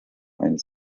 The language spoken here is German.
eines